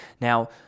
Now